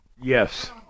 Yes